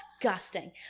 Disgusting